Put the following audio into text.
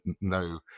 no